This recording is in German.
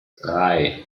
drei